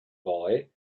boy